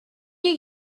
you